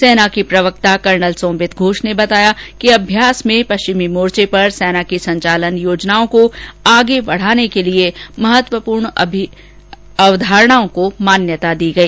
सेना के प्रवक्ता कर्नल सोंबित घोष ने बताया कि अभ्यास में पश्चिमी मोर्चे पर सेना की संचालन योजनाओं को आगे बढाने के लिए महत्वपूर्ण अवधारणाओं को मान्यता दी गई